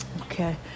Okay